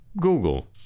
Google